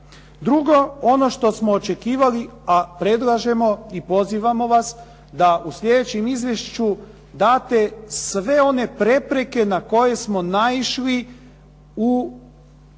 Drugo, ono što smo očekivali a predlažemo i pozivamo vas da u slijedećem izvješću date sve one prepreke na koje smo naišli u